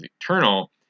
Eternal